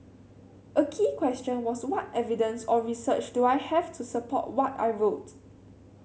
a key question was what evidence or research do I have to support what I wrote